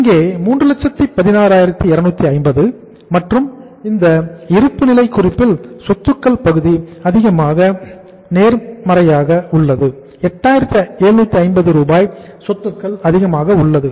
இங்கே 316250 மற்றும் இந்த இருப்புநிலை குறிப்பில் சொத்துக்கள் பகுதி அதிகமாக நேர்மறையாக உள்ளது 8750 ரூபாய் சொத்துக்கள் அதிகமாக உள்ளது